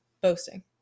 boasting